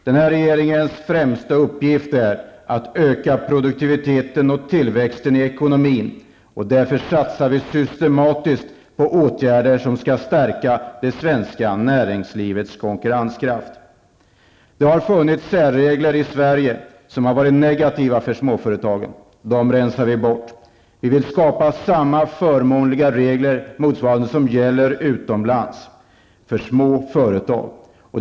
Denna regerings främsta uppgift är att öka produktiviteten och tillväxten i ekonomin. Därför satsar vi systematiskt på åtgärder som skall stärka det svenska näringslivets konkurrenskraft. Det har funnits särregler i Sverige som har varit negativa för småföretagen. Dessa rensar vi bort. Vi vill skapa samma förmånliga regler för småföretag i Sverige som man har utomlands.